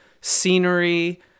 scenery